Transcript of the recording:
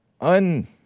Un